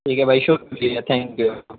ٹھیک ہے بھائی شکریہ تھینک یو